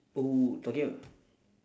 oh talking a~